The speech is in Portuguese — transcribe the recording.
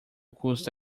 custa